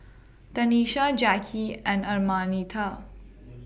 Tanisha Jackie and Araminta